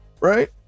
right